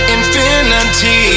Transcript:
Infinity